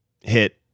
hit